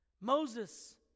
Moses